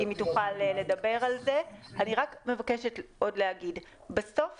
אבל אני מבקשת להגיד שבסוף